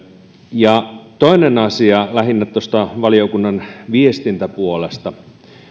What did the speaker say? toinen asia lähinnä tuosta valiokunnan viestintäpuolesta